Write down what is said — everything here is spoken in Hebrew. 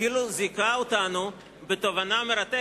אפילו זיכה אותנו בתובנה מרתקת.